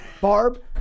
Barb